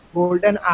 golden